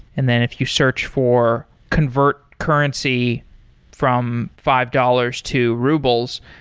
and then if you search for convert currency from five dollars to rubles,